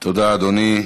תודה, אדוני.